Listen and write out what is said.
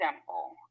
simple